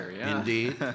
indeed